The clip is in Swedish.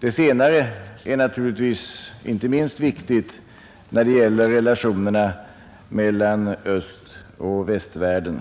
Det senare är naturligtvis inte minst viktigt när det gäller relationerna mellan östoch västvärlden,